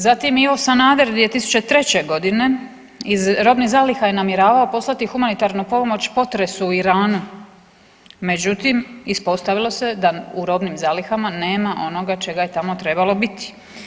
Zatim Ivo Sanader 2003.g. iz robnih zaliha je namjeravao poslati humanitarnu pomoć potresu u Iranu, međutim ispostavilo se da u robnim zalihama nema onoga čega je tamo trebalo biti.